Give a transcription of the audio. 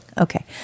Okay